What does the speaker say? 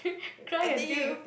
I see you